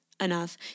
enough